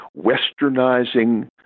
westernizing